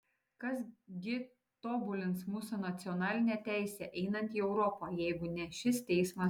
kas gi tobulins mūsų nacionalinę teisę einant į europą jeigu ne šis teismas